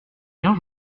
bien